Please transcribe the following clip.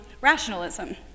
rationalism